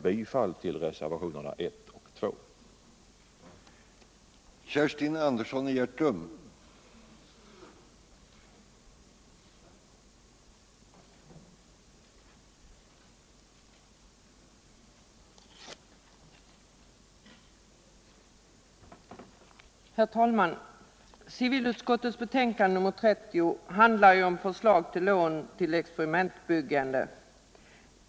Herr talman!